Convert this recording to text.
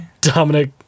Dominic